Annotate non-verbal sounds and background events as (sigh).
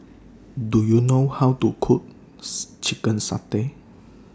Do YOU know How to Cook (noise) Chicken Satay